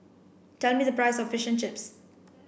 tell me the price of Fish and Chips